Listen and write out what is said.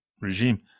regime